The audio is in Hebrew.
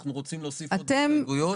אנחנו רוצים להוסיף עוד הסתייגויות.